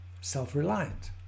self-reliant